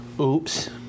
Oops